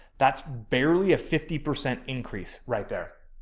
that's barely a fifty percent increase right there.